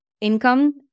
Income